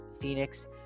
phoenix